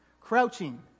Crouching